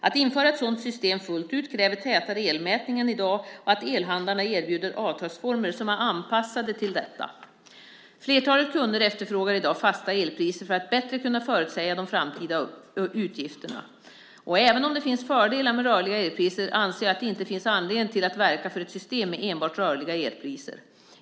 Att införa ett sådant system fullt ut kräver tätare elmätning än i dag och att elhandlarna erbjuder avtalsformer som är anpassade till detta. Flertalet kunder efterfrågar i dag fasta elpriser för att bättre kunna förutsäga de framtida utgifterna. Även om det finns fördelar med rörliga elpriser anser jag inte att det finns anledning till att verka för ett system med enbart rörliga elpriser.